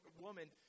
woman